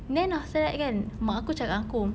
then after that kan mak aku cakap dengan aku